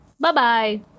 Bye-bye